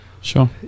Sure